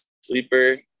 sleeper